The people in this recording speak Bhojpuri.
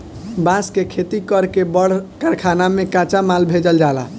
बांस के खेती कर के बड़ कारखाना में कच्चा माल भेजल जाला